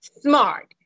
smart